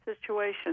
situation